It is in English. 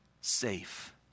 safe